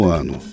ano